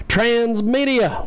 Transmedia